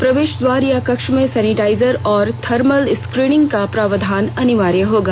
प्रवेश द्वार या कक्ष में सैनिटाइजर और थर्मल स्क्रीनिंग का प्रावधान अनिवार्य होगा